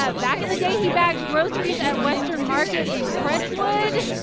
ah back in the day, he bagged groceries at western market in crestwood.